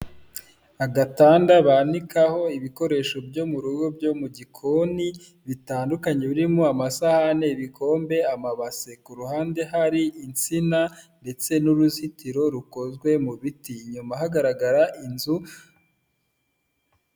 Agatanda banikaho ibikoresho byo mu rugo byo mu gikoni bitandukanye birimo amasahani ibikombe amabase ku ruhande hari insina ndetse n'uruzitiro rukozwe mu biti nyuma hagaragara inzu .